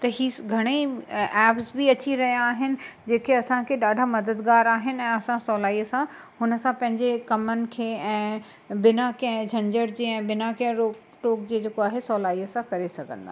त ही स घणेई ऐप्स बि अची रहिया आहिनि जेके असांखे ॾाढा मददगार आहिनि ऐं असां सवलाईअ सां हुन सां पंहिंजे कमनि खे ऐं बिना कंहिं झंझट जे ऐं बिना कंहिं रोक टोक जे जेको आहे सवलाईअ सां करे सघंदा आहियूं